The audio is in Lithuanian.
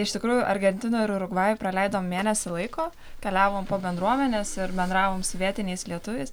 iš tikrųjų argentinoj ir urugvajuj praleidom mėnesį laiko keliavom po bendruomenes ir bendravom su vietiniais lietuviais